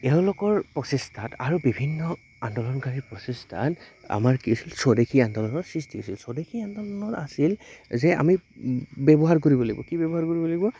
এওঁলোকৰ প্ৰচেষ্টাত আৰু বিভিন্ন আন্দোলনকাৰীৰ প্ৰচেষ্টাত আমাৰ কি হৈছিল স্বদেশী আন্দোলনৰ সৃষ্টি হৈছিল স্বদেশী আন্দোলন আছিল যে আমি ব্যৱহাৰ কৰিব লাগিব কি ব্যৱহাৰ কৰিব লাগিব